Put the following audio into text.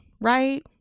right